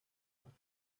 with